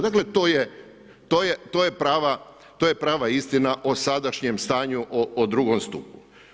Dakle, to je prava istina o sadašnjem stanju o drugom stupu.